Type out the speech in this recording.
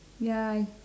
ya